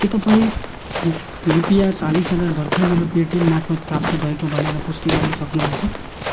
के तपाईँ रुपियाँ चालिस हजार भर्खर मेरो पेटिएम मार्फत प्राप्त भएको भनेर पुष्टि गर्न सक्नुहुन्छ